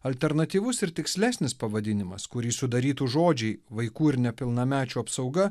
alternatyvus ir tikslesnis pavadinimas kurį sudarytų žodžiai vaikų ir nepilnamečių apsauga